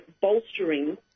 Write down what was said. bolstering